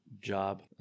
job